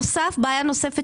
ישנה בעיה נוספת